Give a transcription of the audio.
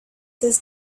his